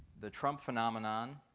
the trump phenomenon,